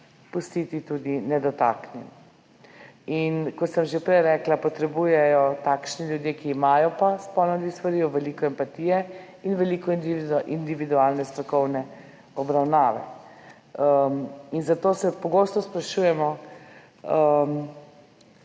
pustiti tudi nedotaknjen. Kot sem že prej rekla, potrebujejo takšni ljudje, ki imajo spolno disforijo, veliko empatije in veliko individualne strokovne obravnave. Zato se pogosto sprašujemo,